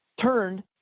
turned